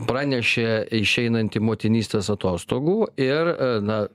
pranešė išeinantį motinystės atostogų ir na